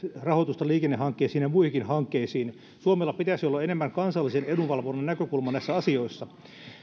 rahoitusta liikennehankkeisiin ja muihinkin hankkeisiin suomella pitäisi olla enemmän kansallisen edunvalvonnan näkökulmaa näissä asioissa